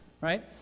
right